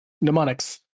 Mnemonics